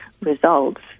results